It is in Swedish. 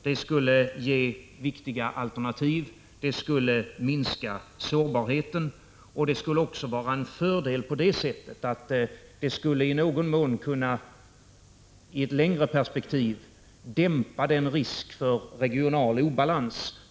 Det skulle ge viktiga alternativ, minska sårbarheten och också innebära en fördel genom att det i ett längre perspektiv i någon mån skulle kunna dämpa den nuvarande risken för regional obalans.